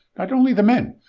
not only the men,